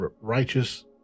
righteous